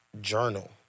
journal